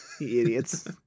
Idiots